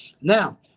Now